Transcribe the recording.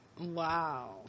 Wow